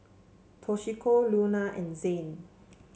Toshiko Luna and Zane